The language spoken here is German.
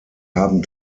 haben